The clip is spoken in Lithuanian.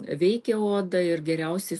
veikia odą ir geriausiai